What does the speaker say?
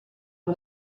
suo